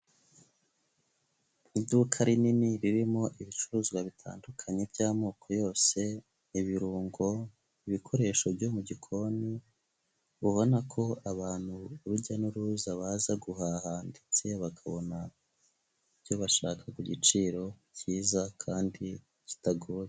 Iduka rinini ririmo ibicuruzwa bitandukanye by'amoko yose, ibirungo, ibikoresho byo mu gikoni, ubona ko abantu urujya n'uruza baza guhaha ndetse bakabona ibyo bashaka ku giciro cyiza kandi kitagoye.